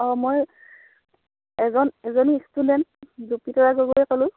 অঁ মই এজন এজনী ষ্টুডেণ্ট জুপিতৰা গগৈয়ে ক'লোঁ